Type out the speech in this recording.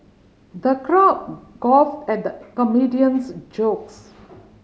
the crowd guffawed at the comedian's jokes